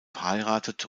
verheiratet